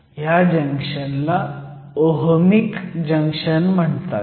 ह्या जंक्शनला ohmic junction म्हणतात